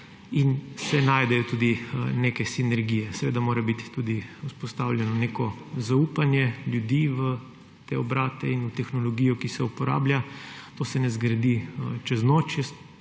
in se najdejo tudi neke sinergije. Seveda mora biti vzpostavljeno tudi neko zaupanje ljudi v te obrate in v tehnologijo, ki se uporablja. To se ne zgradi čez noč.